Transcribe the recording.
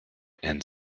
and